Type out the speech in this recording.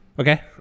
okay